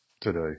today